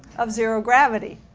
of zero gravity.